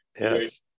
Yes